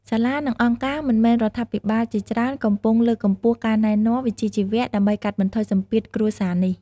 សាលា និងអង្គការមិនមែនរដ្ឋាភិបាលជាច្រើនកំពុងលើកកម្ពស់ការណែនាំវិជ្ជាជីវៈ ដើម្បីកាត់បន្ថយសម្ពាធគ្រួសារនេះ។